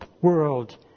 world